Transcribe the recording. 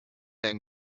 and